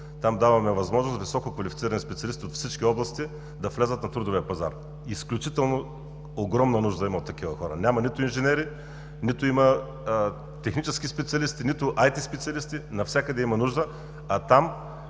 там даваме възможност високо квалифицирани специалисти от всички области да влязат на трудовия пазар. Изключително огромна нужда има от такива хора. Няма нито инженери, нито има технически специалисти, нито IT специалисти. Навсякъде има нужда,